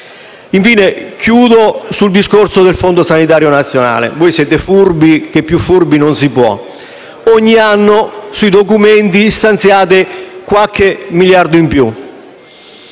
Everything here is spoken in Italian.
Infine, chiudo parlando del Fondo sanitario nazionale. Voi siete furbi che più furbi non si può. Ogni anno, sui documenti, stanziate qualche miliardo in più.